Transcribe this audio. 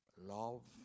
love